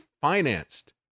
financed